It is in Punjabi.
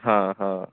ਹਾਂ ਹਾਂ